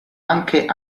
anche